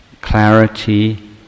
clarity